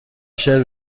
شعر